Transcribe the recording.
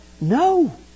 No